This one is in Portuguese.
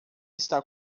está